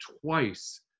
twice